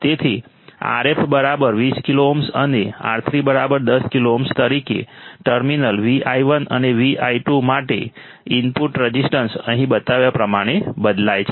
તેથી Rf 20 kilo ohm અને R3 10 kilo ohm તરીકે ટર્મિનલ VI1 અને VI1 માટે ઇનપુટ રઝિસ્ટન્સ અહીં બતાવ્યા પ્રમાણે બદલાય છે